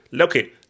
Okay